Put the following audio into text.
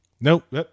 Nope